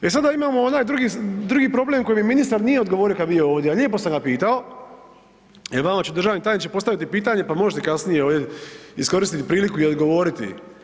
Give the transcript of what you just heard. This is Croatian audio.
E sada imamo onaj drugi problem koji mi ministar nije odgovorio kad je bio ovdje, a lijepo sam ga pitao, e vama ću državni tajniče postaviti pitanje pa možda kasnije iskoristite priliku i odgovoriti.